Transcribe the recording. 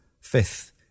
fifth